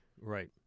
Right